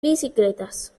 bicicletas